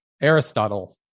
Aristotle